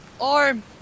arm